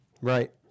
Right